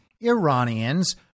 Iranians